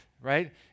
right